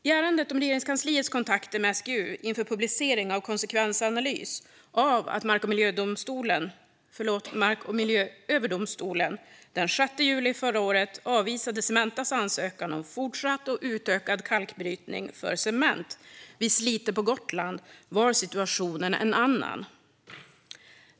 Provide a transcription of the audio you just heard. I ärendet om Regeringskansliets kontakter med SGU inför publiceringen av konsekvensanalysen av att Mark och miljööverdomstolen den 6 juli förra året avvisade Cementas ansökan om fortsatt och utökad kalkbrytning för cement vid Slite på Gotland var situationen en annan.